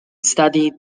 studied